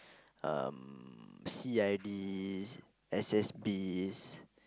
um C_I_D S_S_B